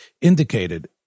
indicated